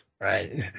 Right